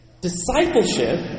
Discipleship